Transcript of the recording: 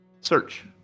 search